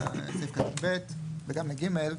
לסעיף קטן (ב) וגם ל-(ג).